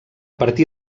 partir